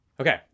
Okay